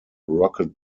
rocket